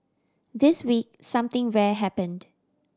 this week something rare happened